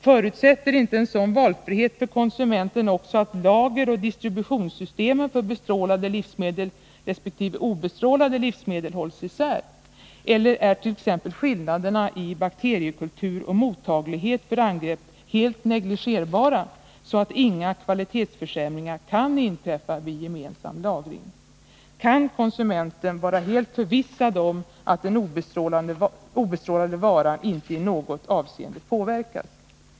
Förutsätter inte en sådan valfrihet för konsumenten också att lageroch distributionssystemen för bestrålade livsmedel resp. obestrålade livsmedel hålls isär? Eller är t.ex. skillnaderna i bakteriekultur och mottaglighet för angrepp helt negligerbara, så att inga kvalitetsförsämringar kan inträffa vid gemensam lagring? Kan konsumenten vara helt förvissad om att den obestrålade varan inte i något avseende påverkas?